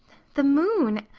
the moon.